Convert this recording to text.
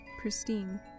pristine